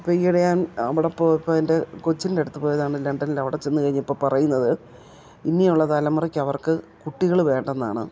ഇപ്പം ഈയിടെ ഞാൻ അവിടെ പോയപ്പം എൻ്റെ കൊച്ചിൻ്റടുത്ത് പോയതാണ് ലണ്ടനിലവിടെ ചെന്നു കഴിഞ്ഞപ്പം പറയുന്നത് ഇനിയുള്ള തലമുറക്കവർക്ക് കുട്ടികൾ വേണ്ടെന്നാണ്